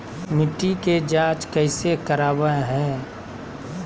मिट्टी के जांच कैसे करावय है?